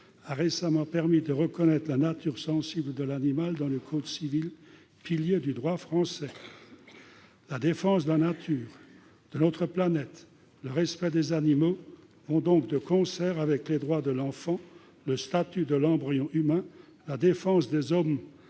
a récemment permis de reconnaître la nature sensible de l'animal dans le code civil, pilier du droit français. La défense de la nature, celle de notre planète et le respect des animaux vont de concert avec les droits de l'enfant, le statut de l'embryon humain et la défense des hommes